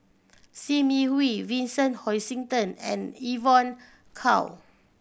Sim Yi Hui Vincent Hoisington and Evon Kow